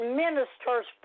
ministers